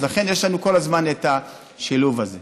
לכן יש לנו כל הזמן את השילוב הזה.